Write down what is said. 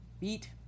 beat